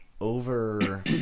over